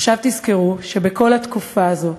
עכשיו תזכרו שבכל התקופה הזו,